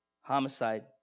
homicide